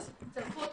שכחו אותך,